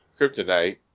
kryptonite